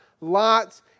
lots